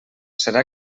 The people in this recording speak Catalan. serà